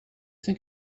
think